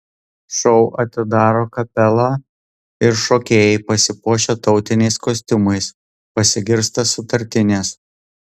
šou atidaro kapela ir šokėjai pasipuošę tautiniais kostiumais pasigirsta sutartinės